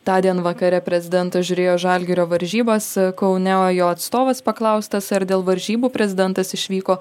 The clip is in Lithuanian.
tądien vakare prezidentas žiūrėjo žalgirio varžybas kaune o jo atstovas paklaustas ar dėl varžybų prezidentas išvyko